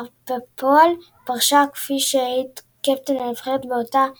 אך בפועל פרשה כפי שהעיד קפטן הנבחרת באותה עת,